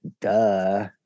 Duh